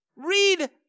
Read